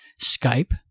Skype